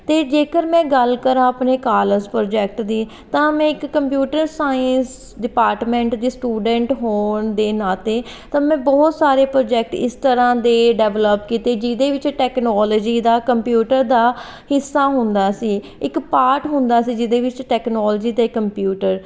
ਅਤੇ ਜੇਕਰ ਮੈਂ ਗੱਲ ਕਰਾਂ ਆਪਣੇ ਕਾਲਜ ਪ੍ਰੋਜੈਕਟ ਦੀ ਤਾਂ ਮੈਂ ਇੱਕ ਕੰਪਿਊਟਰ ਸਾਇੰਸ ਡਿਪਾਰਟਮੈਂਟ ਦੀ ਸਟੂਡੈਂਟ ਹੋਣ ਦੇ ਨਾਤੇ ਤਾਂ ਮੈਂ ਬਹੁਤ ਸਾਰੇ ਪ੍ਰੋਜੈਕਟ ਇਸ ਤਰ੍ਹਾਂ ਦੇ ਡੈਵਲਪ ਕੀਤੇ ਜਿਹਦੇ ਵਿੱਚ ਟੈਕਨੋਲੋਜੀ ਦਾ ਕੰਪਿਊਟਰ ਦਾ ਹਿੱਸਾ ਹੁੰਦਾ ਸੀ ਇੱਕ ਪਾਠ ਹੁੰਦਾ ਸੀ ਜਿਹਦੇ ਵਿੱਚ ਟੈਕਨੋਲੋਜੀ ਅਤੇ ਕੰਪਿਊਟਰ